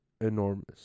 enormous